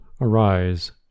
Arise